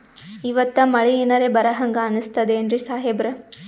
ಇವತ್ತ ಮಳಿ ಎನರೆ ಬರಹಂಗ ಅನಿಸ್ತದೆನ್ರಿ ಸಾಹೇಬರ?